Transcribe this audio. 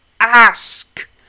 ask